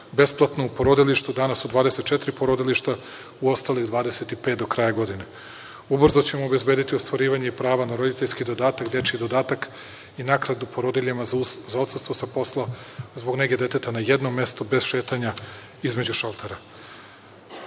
besplatno u porodilištu, danas u 24 porodilišta, 25 do kraja godine. ubrzo ćemo obezbediti ostvarivanje prava na roditeljski dodatak, dečji dodatak i naknadu porodiljama za odsustvo sa posla, zbog nege deteta na jednom mestu, bez šetanja između šaltera. Takođe